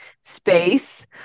space